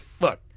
look